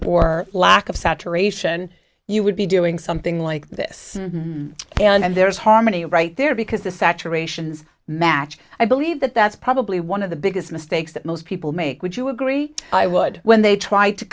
mute or lack of saturation you would be doing something like this and there's harmony right there because the saturations match i believe that that's probably one of the biggest mistakes that most people make would you agree i would when they tr